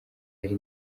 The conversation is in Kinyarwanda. ari